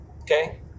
okay